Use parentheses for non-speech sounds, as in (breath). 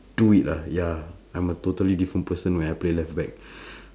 do it lah ya I'm a totally different person when I play left back (breath)